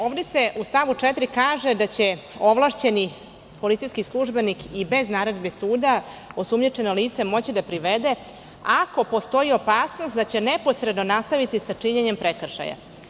Ovde se u stavu 4 kaže da će ovlašćeni policijski službenik i bez naredbe suda osumnjičeno lice moći da privede, ako postoji opasnost da će neposredno nastaviti sa činjenjem prekršaja.